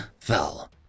fell